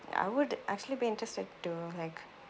I would actually be interested to like